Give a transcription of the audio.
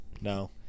No